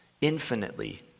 infinitely